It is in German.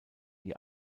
die